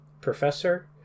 Professor